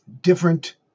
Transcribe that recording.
different